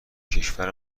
کشور